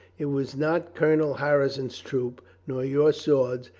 it was not colonel harrison's troop, nor your swords,